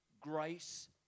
grace